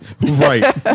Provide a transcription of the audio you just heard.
Right